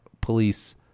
police